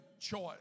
choice